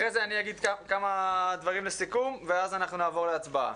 אחרי זה אני אגיד כמה דברים לסיכום ואז אנחנו נעבור להצבעה.